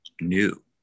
new